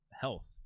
health